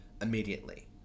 immediately